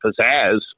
pizzazz